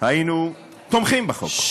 היו תומכים בחוק.